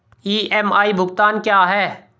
EMI भुगतान क्या है?